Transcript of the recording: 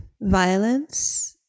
violence